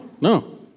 no